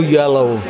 yellow